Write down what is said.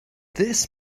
this